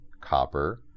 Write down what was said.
copper